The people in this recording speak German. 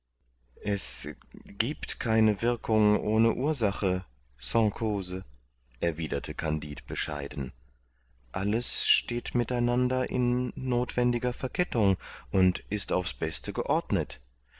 es giebt keine wirkung ohne ursache sans cause erwiderte kandid bescheiden alles steht mit einander in nothwendiger verkettung und ist aufs beste geordnet